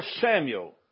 Samuel